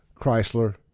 Chrysler